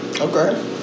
Okay